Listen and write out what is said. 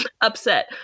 upset